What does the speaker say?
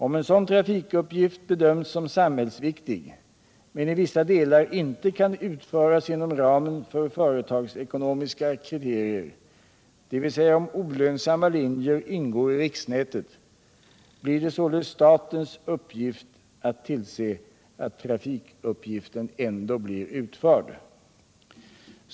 Om en sådan trafikuppgift bedöms som samhällsviktig men i vissa delar inte kan utföras inom ramen för företagsekonomiska kriterier, dvs. om olönsamma linjer ingår i riksnätet, blir det således statens uppgift att tillse att trafikuppgiften ändå blir utförd.